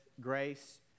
grace